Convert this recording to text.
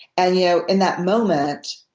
and yeah in that moment,